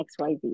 xyz